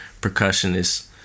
percussionist